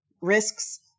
risks